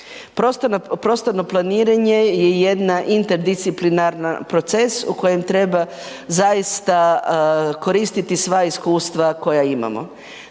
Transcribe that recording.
Prostorno planiranje je jedna interdisciplinaran proces u kojem treba zaista koristiti sva iskustva koja imamo.